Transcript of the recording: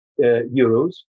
euros